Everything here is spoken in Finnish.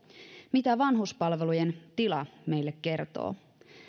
mitä vanhuspalvelujen tila meille kertoo